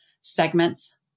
segments